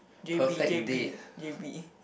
J_B J_B J_B